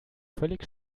völlig